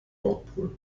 nordpol